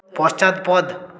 পশ্চাৎপদ